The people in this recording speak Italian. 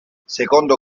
secondo